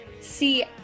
see